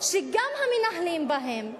שגם המנהלים בהם,